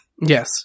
Yes